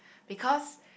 because